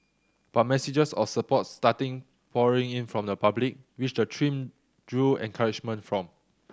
but messages of support started pouring in from the public which the team drew encouragement from